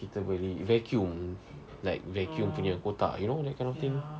kita beli vacuum like vacuum punya kotak you know that kind of thing